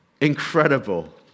Incredible